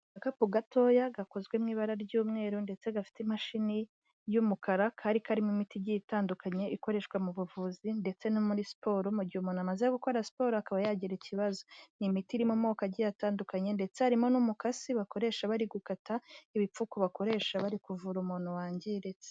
Agakapu gatoya gakozwe mu ibara ry'umweru ndetse gafite imashini y'umukara kari karimo imitijyi itandukanye ikoreshwa mu buvuzi ndetse no muri siporo mu gihe umuntu amaze gukora siporo akaba yagira ikibazo. Ni imiti irimo amoko agiye atandukanye ndetse harimo n'umukasi bakoresha bari gukata ibipfuku bakoresha bari kuvura umuntu wangiritse.